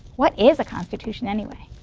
what is a constitution anyway?